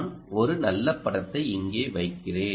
நான் ஒரு நல்ல படத்தை இங்கே வைக்கிறேன்